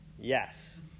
Yes